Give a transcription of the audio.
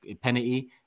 penalty